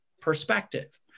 perspective